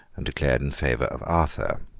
and declared in favour of arthur.